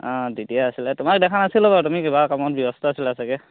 অঁ তেতিয়া আছিলে তোমাক দেখা নাছিলোঁ বাৰু তুমি কিবা কামত ব্যস্ত আছিলা চাগে